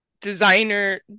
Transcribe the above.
designer